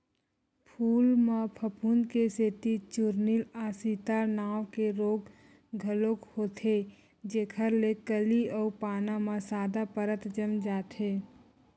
फूल म फफूंद के सेती चूर्निल आसिता नांव के रोग घलोक होथे जेखर ले कली अउ पाना म सादा परत जम जाथे